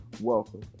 Welcome